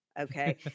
okay